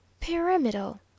pyramidal